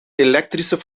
elektrische